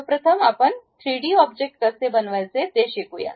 सर्व प्रथम आपण 3D ऑब्जेक्ट कसे बनवायचे ते शिकू